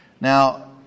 Now